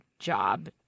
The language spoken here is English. job